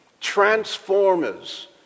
transformers